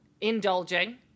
Indulging